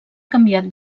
canviar